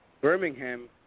Birmingham